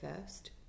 first